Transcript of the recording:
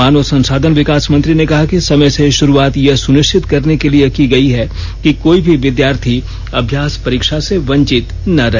मानव संसाधन विकास मंत्री ने कहा कि समय से शुरूआत यह सुनिश्चित करने के लिए की गई है कि कोई भी विद्यार्थी अभ्यास परीक्षा से वंचित न रहे